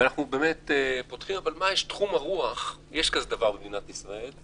אבל תחום הרוח במדינת ישראל,